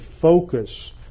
focus